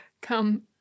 Come